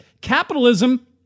capitalism